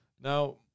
Now